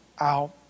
out